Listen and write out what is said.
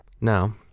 now